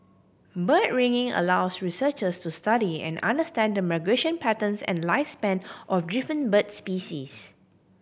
bird ringing allows researchers to study and understand the migration patterns and lifespan of different bird species